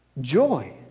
joy